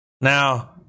Now